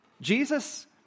Jesus